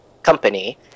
company